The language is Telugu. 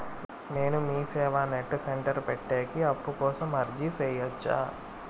నేను మీసేవ నెట్ సెంటర్ పెట్టేకి అప్పు కోసం అర్జీ సేయొచ్చా?